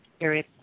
area